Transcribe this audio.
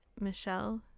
Michelle